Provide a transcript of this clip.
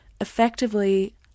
effectively